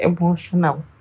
emotional